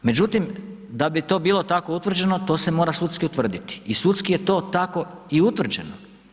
Međutim, da bi to bilo tako utvrđeno to se mora sudski utvrditi i sudski je to tako i utvrđeno.